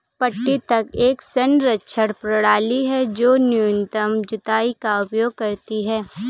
पट्टी तक एक संरक्षण प्रणाली है जो न्यूनतम जुताई का उपयोग करती है